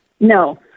No